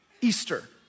Easter